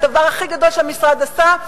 הדבר הכי גדול שהמשרד עשה.